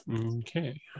Okay